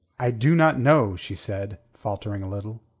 i do not know, she said, faltering a little.